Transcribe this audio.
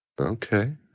Okay